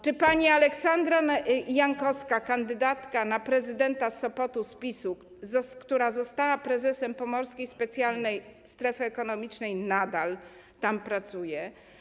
Czy pani Aleksandra Jankowska - kandydatka na prezydenta Sopotu z PiS, która została prezesem Pomorskiej Specjalnej Strefy Ekonomicznej, nadal tam pracuje?